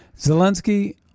Zelensky